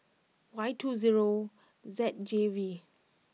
Y two zero Z J V